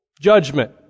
Judgment